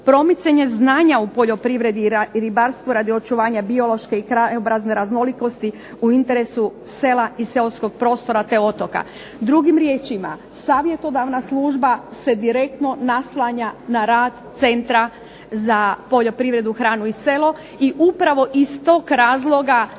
Promicanja znanja u poljoprivredi i ribarstvu radi očuvanja biološke i krajobrazne raznolikosti u interesu sela i seoskog prostora te otoka. Drugim riječima, savjetodavna služba se direktno naslanja na rad Centra za poljoprivredu, hranu i selo i upravo iz toga razloga